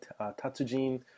tatsujin